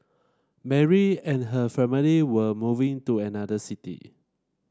Mary and her family were moving to another city